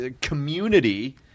community –